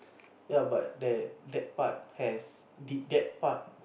ya but that that part has did that part